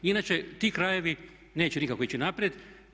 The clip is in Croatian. Inače ti krajevi neće nikako ići naprijed.